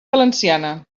valenciana